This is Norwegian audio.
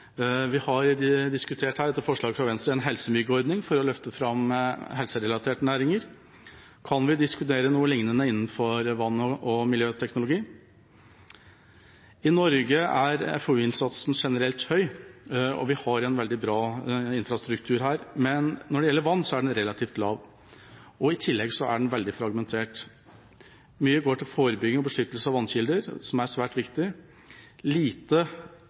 etter forslag fra Venstre diskutert en helsemyggordning for å løfte fram helserelaterte næringer. Kan vi diskutere noe liknende innenfor vann- og miljøteknologi? I Norge er FoU-innsatsen generelt høy, og vi har en veldig bra infrastruktur her, men når det gjelder vann, er den relativt lav, og i tillegg er den veldig fragmentert. Mye går til forebygging og beskyttelse av vannkilder, som er svært viktig. Lite